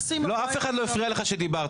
אף אחד לא הפריע לך כשדיברת.